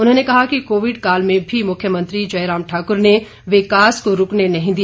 उन्होंने कहा कि कोविड काल में भी मुख्यमंत्री जयराम ठाकुर ने विकास को रुकने नहीं दिया